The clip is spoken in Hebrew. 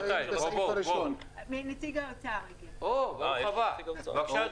נציג האוצר, בבקשה.